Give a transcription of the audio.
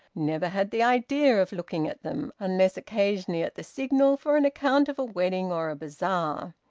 never had the idea of looking at them, unless occasionally at the signal for an account of a wedding or a bazaar.